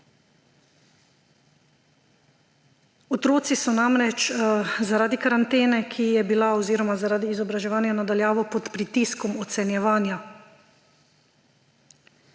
Otroci so namreč zaradi karantene, ki je bila oziroma zaredi izobraževanja na daljavo, pod pritiskom ocenjevanja.